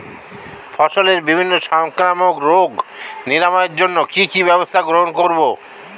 ফসলের বিভিন্ন সংক্রামক রোগ নিরাময়ের জন্য কি কি ব্যবস্থা গ্রহণ করব?